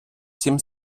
всім